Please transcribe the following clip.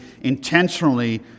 intentionally